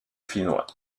finnois